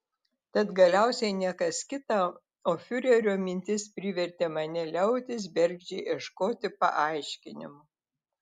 tad galiausiai ne kas kita o fiurerio mintis privertė mane liautis bergždžiai ieškoti paaiškinimų